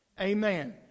Amen